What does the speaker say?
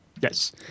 Yes